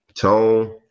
Tone